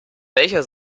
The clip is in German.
welcher